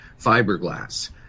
fiberglass